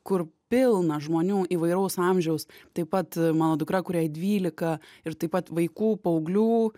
kur pilna žmonių įvairaus amžiaus taip pat mano dukra kuriai dvylika ir taip pat vaikų paauglių